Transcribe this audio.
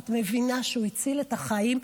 את מבינה שהוא הציל את החיים?